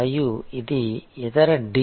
మరియు ఇది ఇతర D